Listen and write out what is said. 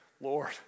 Lord